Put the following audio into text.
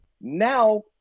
Now